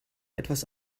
etwas